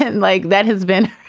and like that has been